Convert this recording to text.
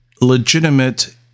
legitimate